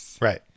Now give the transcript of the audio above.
Right